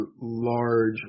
large